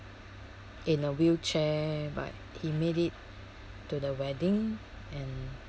mm in a wheelchair but he made it to the wedding and